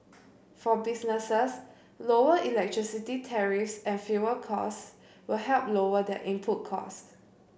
for businesses lower electricity tariffs and fuel costs will help lower their input costs